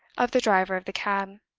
of the driver of the cab.